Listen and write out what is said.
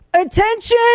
Attention